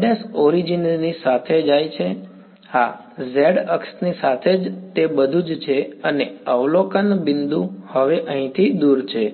z' origin ની સાથે જાય છે હા z અક્ષની સાથે જ તે બધુ જ છે અને અવલોકન બિંદુ હવે અહીંથી દૂર છે